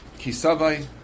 Kisavai